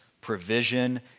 provision